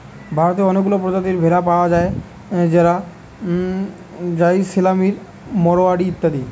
ভারতে অনেকগুলা প্রজাতির ভেড়া পায়া যায় যেরম জাইসেলমেরি, মাড়োয়ারি ইত্যাদি